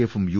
എഫും യു